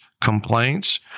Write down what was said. complaints